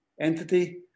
entity